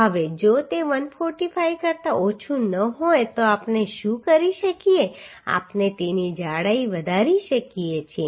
હવે જો તે 145 કરતા ઓછું ન હોય તો આપણે શું કરી શકીએ આપણે તેની જાડાઈ વધારી શકીએ છીએ